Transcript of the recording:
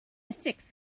six